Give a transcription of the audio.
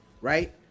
right